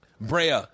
Brea